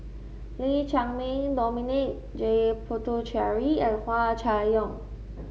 Lee Chiaw Meng Dominic J Puthucheary and Hua Chai Yong